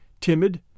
timid